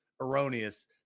erroneous